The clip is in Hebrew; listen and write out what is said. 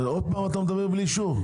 שוב אתה מדבר בלי אישור?